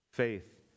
Faith